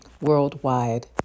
worldwide